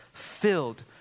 filled